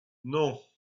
non